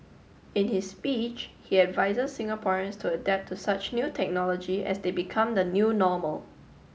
in his speech he advises Singaporeans to adapt to such new technology as they become the new normal